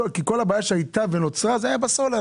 כל הבעיה הייתה בסולר.